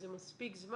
זה מספיק זמן.